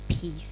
peace